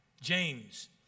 James